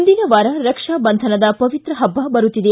ಮುಂದಿನ ವಾರ ರಕ್ಷಾ ಬಂಧನದ ಪವಿತ್ರ ಹಬ್ಬ ಬರುತ್ತಿದೆ